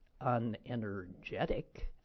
unenergetic